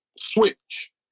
Switch